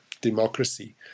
democracy